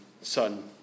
son